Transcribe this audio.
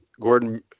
Gordon